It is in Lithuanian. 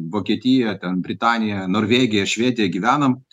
vokietija ten britanija norvegija švedija gyvenam